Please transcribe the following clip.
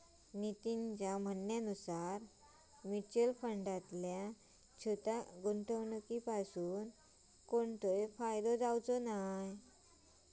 नितीनच्या म्हणण्यानुसार मुच्युअल फंडातल्या छोट्या गुंवणुकीपासून कोणतोय फायदो जाणा नाय